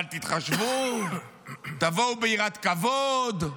אבל תתחשבו, תבואו ביראת כבוד,